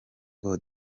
ngo